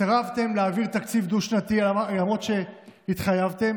סירבתם להעביר תקציב דו-שנתי למרות שהתחייבתם,